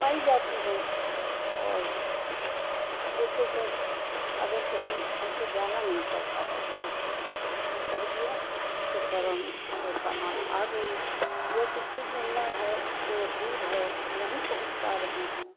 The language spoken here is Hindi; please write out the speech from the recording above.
पाई जाती हैं और देखिए सर अगर कहीं हमको जाना नहीं पड़ता है नेटवर्क से हमने कह दिया तो फौरन वह सामान आ गया या किसी से मिलना है तो दूर है नहीं पहुँच पा रहे हैं